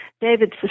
David